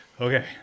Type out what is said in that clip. Okay